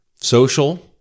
social